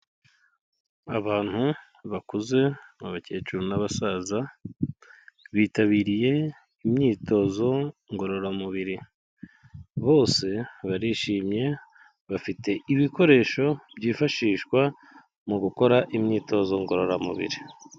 Abantu bakuze, abakecuru n'abasaza, bitabiriye imyitozo ngororamubiri, bose barishimye bafite ibikoresho byifashishwa mu gukora imyitozo ngororamubiri.